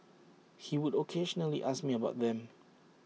he would occasionally ask me about them